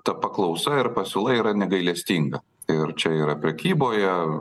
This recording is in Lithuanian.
ta paklausa ir pasiūla yra negailestinga ir čia yra prekyboje